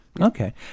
Okay